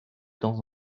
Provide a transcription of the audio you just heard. temps